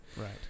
right